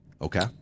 Okay